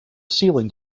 ceiling